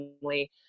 family